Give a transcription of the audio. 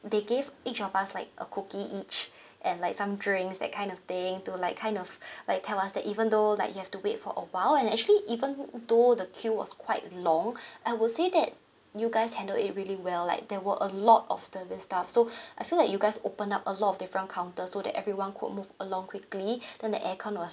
they gave each of us like a cookie each and like some drinks that kind of thing to like kind of like tell us that even though like you have to wait for a while and actually even though the queue was quite long I would say that you guys handled it really well like there were a lot of service staff so I feel like you guys open up a lot of the different counter so that everyone could move along quickly then the aircon was